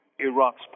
Iraq's